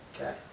Okay